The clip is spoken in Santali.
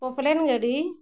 ᱯᱚᱠᱞᱮᱱᱰ ᱜᱟᱹᱰᱤ